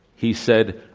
he said,